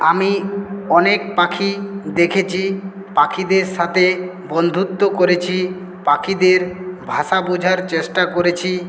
আমি অনেক পাখি দেখেছি পাখিদের সাথে বন্ধুত্ব করেছি পাখিদের ভাষা বোঝার চেষ্টা করেছি